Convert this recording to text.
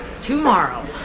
Tomorrow